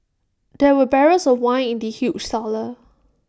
there were barrels of wine in the huge cellar